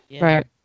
Right